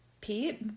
Pete